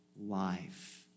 life